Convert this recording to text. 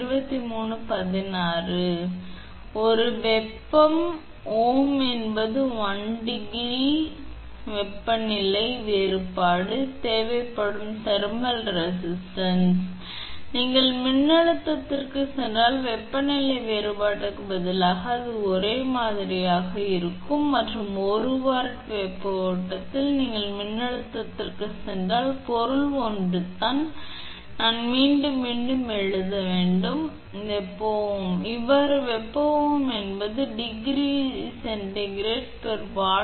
எனவே ஒரு வெப்ப ஓம் என்பது 1 ° of வெப்பநிலை வேறுபாடு தேவைப்படும் தெர்மல் ரெசிஸ்டன்ஸ் நீங்கள் மின்னழுத்தத்திற்குச் சென்றால் வெப்பநிலை வேறுபாட்டிற்குப் பதிலாக அது ஒரே மாதிரியாக இருக்கும் மற்றும் 1 வாட் வெப்ப ஓட்டத்தில் நீங்கள் மின்னோட்டத்திற்குச் சென்றால் பொருள் ஒன்றுதான் நாம் மீண்டும் மீண்டும் எழுத வேண்டும் வெப்ப ஓம் இவ்வாறு வெப்ப ஓம் என்பது ° 𝐶வாட் அலகுகளைக் கொண்டுள்ளது மற்றும் உங்கள் விஷயத்தில் நீங்கள் அந்த வெப்ப ஓம் என்று அழைக்கிறீர்கள் மற்றும் மின் விஷயத்தின் விஷயத்தில் அது ஓம் சரியானது